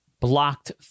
Blocked